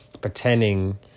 Pretending